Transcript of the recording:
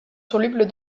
solubles